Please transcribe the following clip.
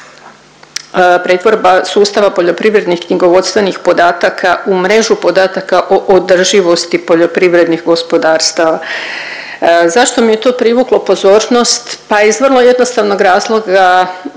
pretvorba sustava poljoprivrednih knjigovodstvenih podataka u mrežu podataka o održivosti poljoprivrednih gospodarstava. Zašto mi je to privuklo pozornost? Pa iz vrlo jednostavnog razloga